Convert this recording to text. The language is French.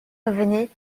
revenait